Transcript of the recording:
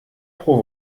pro